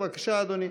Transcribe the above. בבקשה, אדוני.